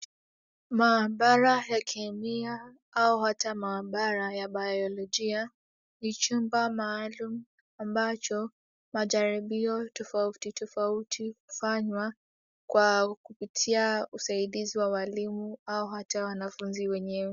Maabara ya kemia au hata maabara ya bayolojia ni chumba maalum ambacho majaribio toauti tofauti hufanywa kwa kupitia usaidizi wa walimu au hata wanafunzi wenyewe.